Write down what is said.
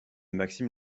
maxime